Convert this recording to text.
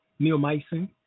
Neomycin